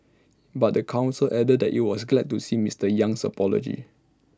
but the Council added that IT was glad to see Mister Yang's apology